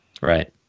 Right